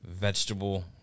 vegetable